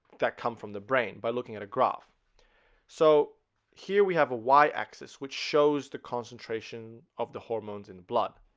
that come from the brain by looking at a graph so here we have a y-axis which shows the concentration of the hormones in blood